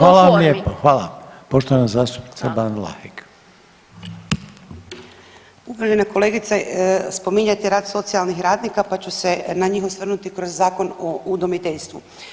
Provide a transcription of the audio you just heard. Uvažena kolegice spominjete rad socijalnih radnika, pa ću se na njih osvrnuti kroz Zakon o udomiteljstvu.